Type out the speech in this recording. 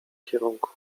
kierunku